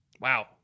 Wow